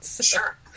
Sure